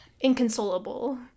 Inconsolable